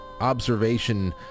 observation